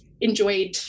enjoyed